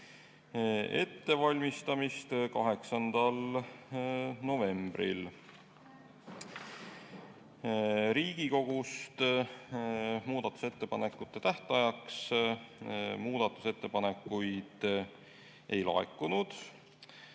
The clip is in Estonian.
ettevalmistamist 8. novembril. Riigikogust muudatusettepanekute esitamise tähtajaks muudatusettepanekuid ei laekunud.